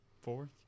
fourth